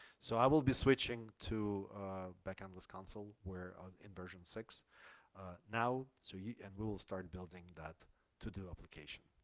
so i will be switching to backendless console. we're in version six now, so, yeah and we will start building that to-do application.